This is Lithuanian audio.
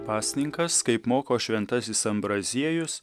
pasninkas kaip moko šventasis ambraziejus